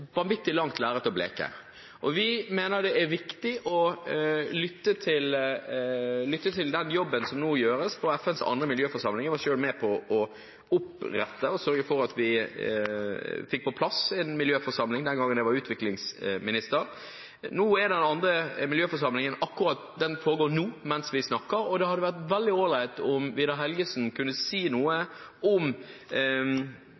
vanvittig langt lerret å bleke. Vi mener det er viktig å lytte til den jobben som nå gjøres på FNs andre miljøforsamling. Jeg var selv med på å opprette og sørge for at vi fikk på plass en miljøforsamling den gangen jeg var utviklingsminister. Den andre miljøforsamlingen foregår nå, mens vi snakker, og det hadde vært veldig ålreit om Vidar Helgesen kunne si noe